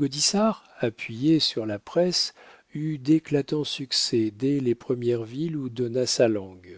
gaudissart appuyé sur la presse eut d'éclatants succès dès les premières villes où donna sa langue